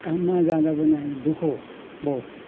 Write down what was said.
काममा जाँदा पनि हामी दु ख बहुत